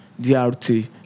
DRT